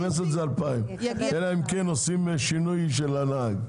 אז הכנסת זה 2,000. אלא אם כן עושים שינוי של הנהג.